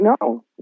No